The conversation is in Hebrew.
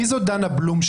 מי זאת דנה בלום,